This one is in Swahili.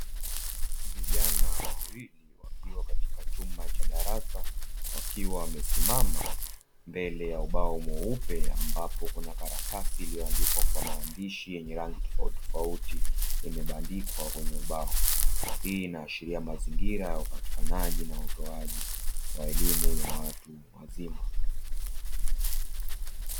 Vijana wawili wakiwa katika chumba cha darasa wamesimama mbele ya ubao mweupe, ambapo kuna karatasi iliyoandikwa kwa maandishi yenye rangi tofauti tofauti imebandikwa kwenye ubao, hii inaashiria mazingira ya upatikanaji na utojai wa elimu ya watu wazima.